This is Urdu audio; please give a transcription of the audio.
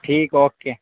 ٹھیک اوکے